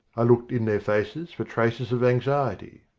i looked in their faces for traces of anxiety.